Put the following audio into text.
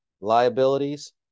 liabilities